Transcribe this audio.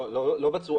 לא בצורה הזאת.